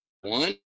One